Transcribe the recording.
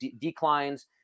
declines